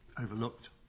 overlooked